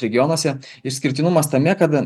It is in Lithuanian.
regionuose išskirtinumas tame kad